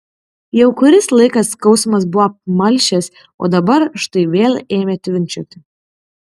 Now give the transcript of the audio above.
jau kuris laikas skausmas buvo apmalšęs o dabar štai vėl ėmė tvinkčioti